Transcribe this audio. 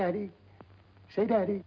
daddy daddy